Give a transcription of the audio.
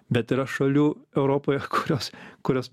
bet yra šalių europoje kurios kurios